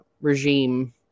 regime